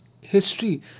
history